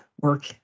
work